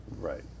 Right